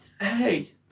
Hey